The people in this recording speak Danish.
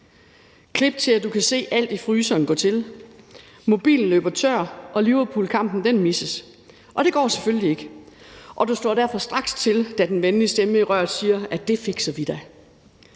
Klip til, at du kan se alt i fryseren gå til, mobilen løber tør, og Liverpoolkampen misses. Og det går selvfølgelig ikke. Du slår derfor straks til, da den venlige stemme i røret siger: Det fikser vi da.